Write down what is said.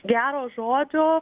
gero žodžio